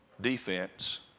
defense